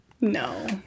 no